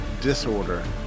disorder